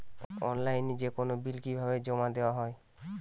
অনলাইনে যেকোনো বিল কিভাবে জমা দেওয়া হয়?